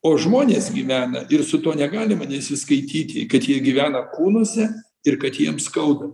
o žmonės gyvena ir su tuo negalima nesiskaityti kad jie gyvena kūnuose ir kad jiems skauda